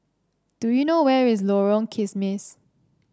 do you know where is Lorong Kismis